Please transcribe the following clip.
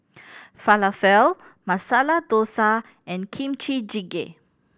Falafel Masala Dosa and Kimchi Jjigae